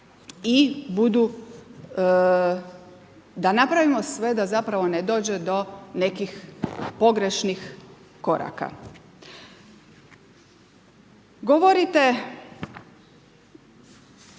da napravimo sve da zapravo ne dođe do nekih pogrešnih koraka.